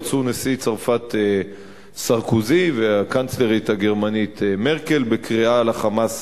יצאו נשיא צרפת סרקוזי והקנצלרית הגרמנית מרקל בקריאה ל"חמאס"